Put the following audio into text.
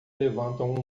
levantam